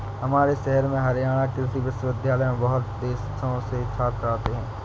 हमारे शहर में हरियाणा कृषि विश्वविद्यालय में बहुत देशों से छात्र आते हैं